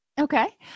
Okay